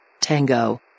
Tango